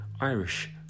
Irish